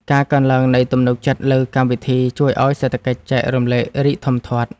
ការកើនឡើងនៃទំនុកចិត្តលើកម្មវិធី ជួយឱ្យសេដ្ឋកិច្ចចែករំលែករីកធំធាត់។